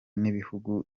n’ibihugu